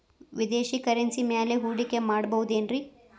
ವಿದೇಶಿ ಕರೆನ್ಸಿ ಮ್ಯಾಲೆ ಹೂಡಿಕೆ ಮಾಡಬಹುದೇನ್ರಿ?